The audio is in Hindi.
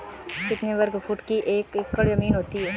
कितने वर्ग फुट की एक एकड़ ज़मीन होती है?